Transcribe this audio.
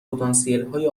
پتانسیلهای